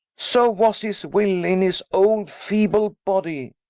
so was his will, in his old feeble body,